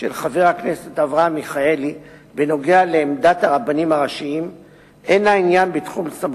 האם חבר הכנסת אפללו מסכים להתניות השר?